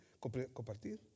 compartir